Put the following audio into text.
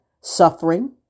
suffering